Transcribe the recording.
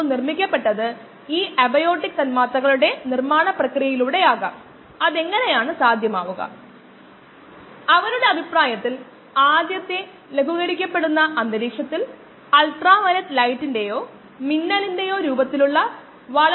അതിനാൽ അവരുടെ material balance course ഓർമ്മിക്കുന്നവരോ അല്ലെങ്കിൽ ഇത് ഇഷ്ടപ്പെടുന്നവരോ ഉടനടി ചോദ്യം ചോദിക്കും ടാങ്കിൽ നിറയുന്ന ജലത്തിന്റെ ഇൻപുട്ട് നിരക്ക് എന്താണ്